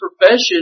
profession